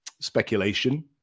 speculation